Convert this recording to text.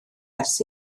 ers